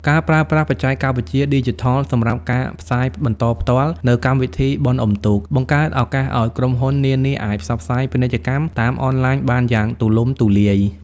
ការប្រើប្រាស់បច្ចេកវិទ្យាឌីជីថលសម្រាប់ការផ្សាយបន្តផ្ទាល់នូវកម្មវិធីបុណ្យអុំទូក បង្កើតឱកាសឱ្យក្រុមហ៊ុននានាអាចផ្សព្វផ្សាយពាណិជ្ជកម្មតាមអនឡាញបានយ៉ាងទូលំទូលាយ។